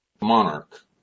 monarch